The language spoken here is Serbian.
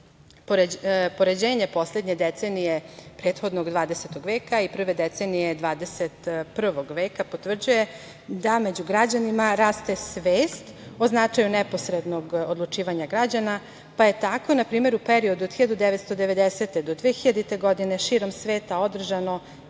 zakonima. Poređenje, poslednje decenije prethodnog 20. veka i prve decenije 21. veka potvrđuje da među građanima raste svest o značaju neposrednog odlučivanja građana pa je tako na primer u periodu od 1990. godine do 2000. godine širom sveta održano